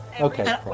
Okay